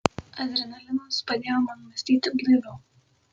adrenalinas padėjo man mąstyti blaiviau